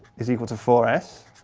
is equal to four s.